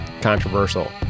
controversial